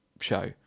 show